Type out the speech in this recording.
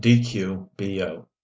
D-Q-B-O